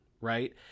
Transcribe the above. right